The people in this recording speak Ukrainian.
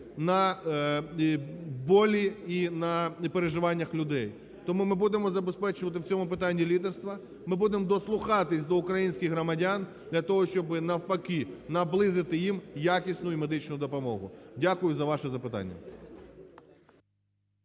на болі і на переживаннях людей. Тому ми будемо забезпечувати в цьому питанні лідерство, ми будемо дослухатися до українських громадян для того, щоби навпаки наблизити їм якісну медичну допомогу. Дякую за ваше запитання.